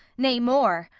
nay, more,